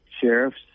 sheriffs